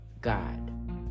God